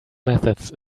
methods